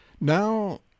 Now